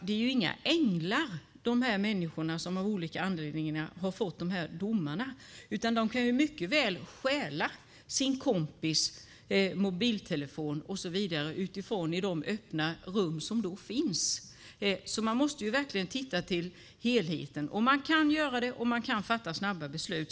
De människor som av olika anledningar har fått de här domarna är ju inga änglar, utan de kan mycket väl stjäla sin kompis mobiltelefon och så vidare i de öppna rum som finns. Man måste verkligen se till helheten. Man kan göra det, och man kan fatta snabba beslut.